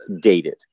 dated